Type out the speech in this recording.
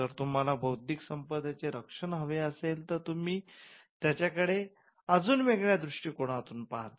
जर तुम्हाला बौद्धिक संपदे संरक्षण हवे असेल तर तुम्ही त्या कडे आजून वेगळ्या दृष्टिकोनातून पाहता